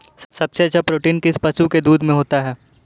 सबसे ज्यादा प्रोटीन किस पशु के दूध में होता है?